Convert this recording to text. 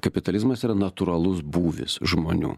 kapitalizmas yra natūralus būvis žmonių